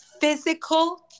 physical